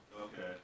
okay